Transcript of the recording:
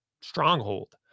stronghold